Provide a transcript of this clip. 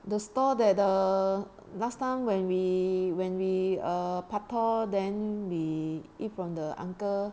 the store that the last time when we when we err pak tor then we eat from the uncle